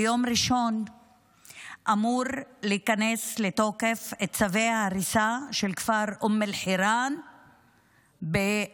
ביום ראשון אמורים להיכנס לתוקף צווי ההריסה של הכפר אום אל-חיראן בנגב.